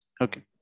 Okay